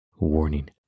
Warning